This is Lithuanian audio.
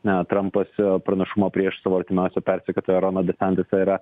na trampas pranašumą prieš savo artimiausią persekiotoją roną desantesą yra